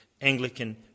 Anglican